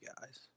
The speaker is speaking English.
guys